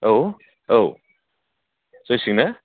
औ औ जासिगोन ने